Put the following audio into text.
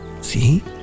See